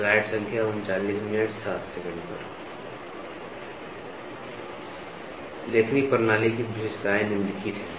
लेखनी प्रणाली की विशेषताएं निम्नलिखित हैं